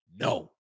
No